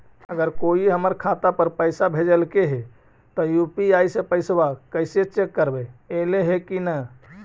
अगर कोइ हमर खाता पर पैसा भेजलके हे त यु.पी.आई से पैसबा कैसे चेक करबइ ऐले हे कि न?